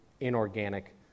inorganic